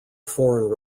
foreign